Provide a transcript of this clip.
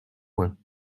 points